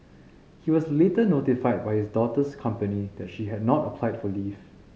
he was later notified by his daughter's company that she had not applied for leave